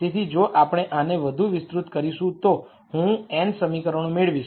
તેથી જો આપણે આને વધુ વિસ્તૃત કરીશું તો હું n સમીકરણો મેળવીશ